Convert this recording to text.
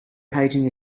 painting